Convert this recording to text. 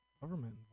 government